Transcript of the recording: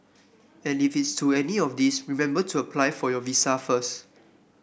and if it's to any of these remember to apply for your visa first